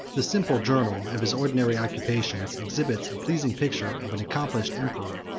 the simple journal of his ordinary occupations exhibits a pleasing picture of an accomplished emperor,